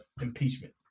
impeachment